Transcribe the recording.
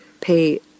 pay